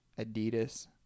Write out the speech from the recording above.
Adidas